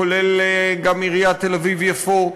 כולל גם עיריית תל-אביב יפו,